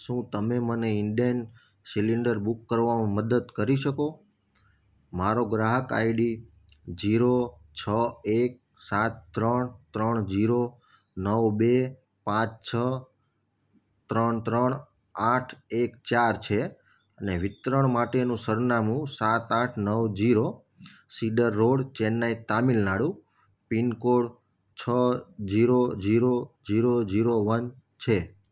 શું તમે Indane cylinder book કરવામાં મદદ કરી શકો મારો ગ્રાહક આઈડી જીરો છ એક સાત ત્રણ ત્રણ જીરો નવ બે પાંચ છ ત્રણ ત્રણ આઠ એક ચાર છે ને વિતરણ માટેનું સરનામું સાત આઠ નવ zero cedar road Chennai Tamil Nadu pin code છ zero zero zero zero one છે